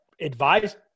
advised